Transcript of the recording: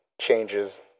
changes